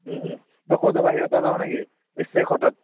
ক'ত যাবা হেৰিঅ'ৰ তাত যাবানে কি শেইখৰ তাত